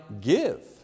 give